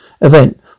event